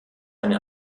eine